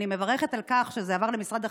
אני מברכת על כך שזה עבר למשרד החינוך,